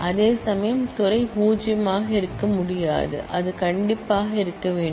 அதேசமயம் டிபார்ட்மென்ட் பூஜ்யமாக இருக்க முடியாது அது கண்டிப்பாக இருக்க வேண்டும்